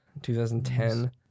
2010